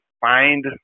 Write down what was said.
find